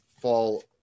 fall